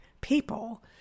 people